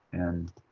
and